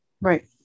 Right